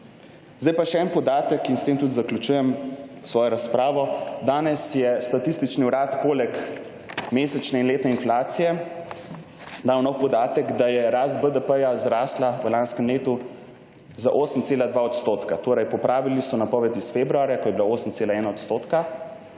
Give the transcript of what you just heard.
Zdaj pa še en podatek, in s tem tudi zaključujem svojo razpravo. Danes je Statistični urad poleg mesečne in letne inflacije dal nov podatek, da je rast BDP zrasla v lanskem letu za 8,2 %. Torej, popravili so napovedi iz februarja, ko je bila 8,1 %.